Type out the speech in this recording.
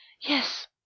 yes